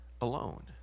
alone